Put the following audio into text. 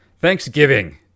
Thanksgiving